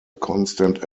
constant